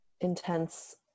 intense